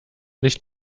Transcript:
nicht